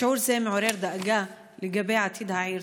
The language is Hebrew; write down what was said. שיעור זה מעורר דאגה לגבי עתיד העיר,